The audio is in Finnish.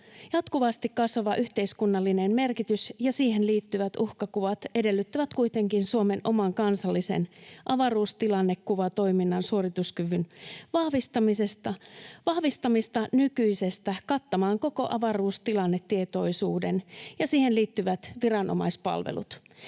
jatkuvasti kasvava yhteiskunnallinen merkitys ja siihen liittyvät uhkakuvat edellyttävät kuitenkin Suomen oman kansallisen avaruustilannekuvatoiminnan suorituskyvyn vahvistamista nykyisestä kattamaan koko avaruustilannetietoisuuden ja siihen liittyvät viranomaispalvelut.